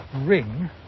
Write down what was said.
ring